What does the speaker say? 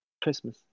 Christmas